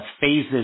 phases